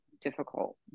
difficult